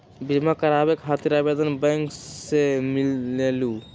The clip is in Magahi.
बिमा कराबे खातीर आवेदन बैंक से मिलेलु?